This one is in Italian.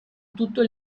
tutto